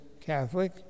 Catholic